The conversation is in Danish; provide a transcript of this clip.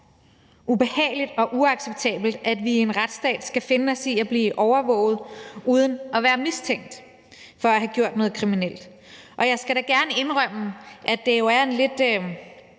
ubehageligt og uacceptabelt, at vi i en retsstat skal finde os i at blive overvåget uden at være mistænkt for at have gjort noget kriminelt, og jeg skal da gerne indrømme, at det er en lidt